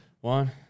One